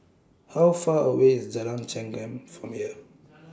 How Far away IS Jalan Chengam from here